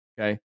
Okay